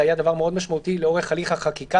זה היה דבר מאוד משמעותי לאורך הליך החקיקה,